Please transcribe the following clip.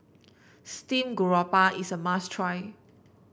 Steamed Garoupa is a must try